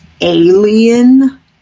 alien